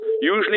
usually